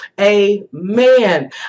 Amen